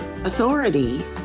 Authority